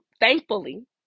thankfully